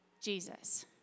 Jesus